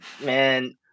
Man